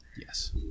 yes